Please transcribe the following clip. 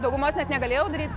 daugumos net negalėjau daryt